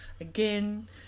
again